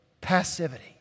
passivity